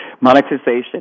Monetization